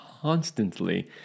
constantly